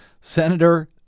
Senator